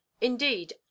indeed